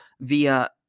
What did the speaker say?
via